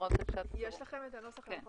לכם את הנוסח?